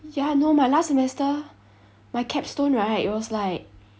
ya no my last semester my capstone right it was like